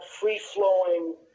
free-flowing